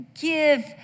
give